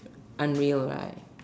unreal right